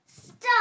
Stop